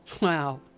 Wow